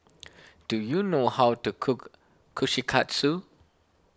do you know how to cook Kushikatsu